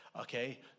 Okay